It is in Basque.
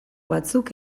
batzuk